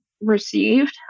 received